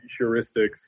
heuristics